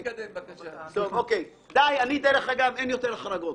אין יותר החרגות.